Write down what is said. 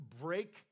break